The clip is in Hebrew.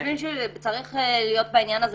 אנחנו חושבים שצריך להיות בעניין הזה,